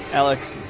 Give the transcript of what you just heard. Alex